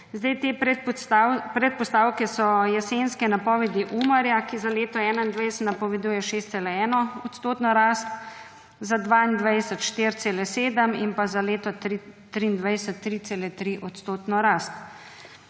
Te predpostavke so jesenske napovedi Umarja, ki za leto 2021 napoveduje 6,1-odstotno rast, za 2022, 4,7- in pa za leto 2023, 3,3-odstotno rast.